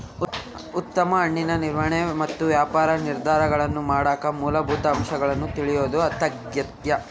ಉತ್ತಮ ಹಣ್ಣಿನ ನಿರ್ವಹಣೆ ಮತ್ತು ವ್ಯಾಪಾರ ನಿರ್ಧಾರಗಳನ್ನಮಾಡಕ ಮೂಲಭೂತ ಅಂಶಗಳನ್ನು ತಿಳಿಯೋದು ಅತ್ಯಗತ್ಯ